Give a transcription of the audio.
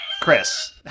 Chris